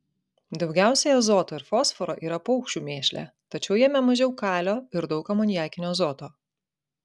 daugiausiai azoto ir fosforo yra paukščių mėšle tačiau jame mažiau kalio ir daug amoniakinio azoto